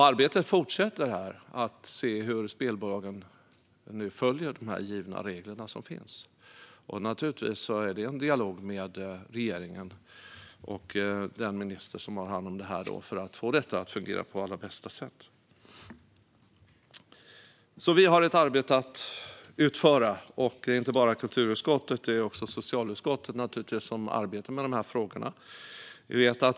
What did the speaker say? Arbetet fortsätter med att se hur spelbolagen nu följer de givna reglerna. Naturligtvis förs det en dialog med regeringen och den minister som har hand om detta för att få det att fungera på allra bästa sätt. Vi har ett arbete att utföra. Det är inte bara kulturutskottet utan naturligtvis också socialutskottet som arbetar med de här frågorna.